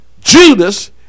Judas